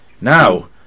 Now